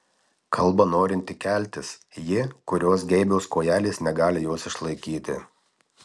kalba norinti keltis ji kurios geibios kojelės negali jos išlaikyti